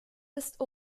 ist